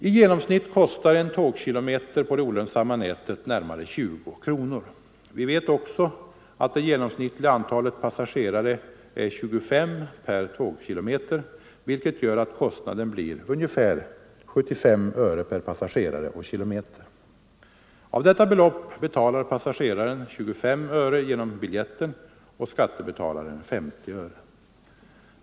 I genomsnitt kostar en tågkilometer på det olönsamma nätet närmare 20 kronor. Vi vet också, att det genomsnittliga antalet passagerare är 25 per tågkilometer, vilket gör att kostnaden blir ungefär 75 öre per passagerare och kilometer. Av detta belopp betalar passageraren 25 öre genom biljetten och skattebetalaren 50 öre.